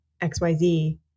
XYZ